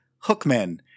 hookmen